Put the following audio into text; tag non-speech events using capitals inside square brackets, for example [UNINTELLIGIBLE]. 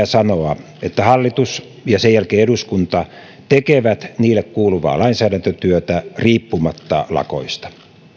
[UNINTELLIGIBLE] sanoa että hallitus ja sen jälkeen eduskunta tekevät niille kuuluvaa lainsäädäntötyötä riippumatta lakoista